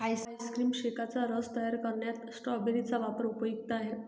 ice cream शेकचा रस तयार करण्यात स्ट्रॉबेरी चा वापर उपयुक्त आहे